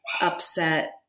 upset